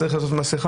צריך לעטות מסכה.